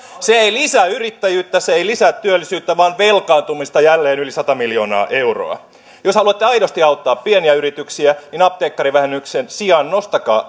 se ei lisää yrittäjyyttä se ei lisää työllisyyttä vaan velkaantumista jälleen yli sata miljoonaa euroa jos haluatte aidosti auttaa pieniä yrityksiä niin apteekkarivähennyksen sijaan nostakaa